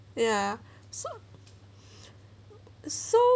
ya so so